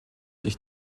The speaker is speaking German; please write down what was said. sich